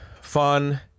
fun